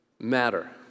Matter